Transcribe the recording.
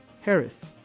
Harris